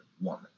woman